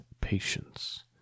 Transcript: patience